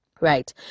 Right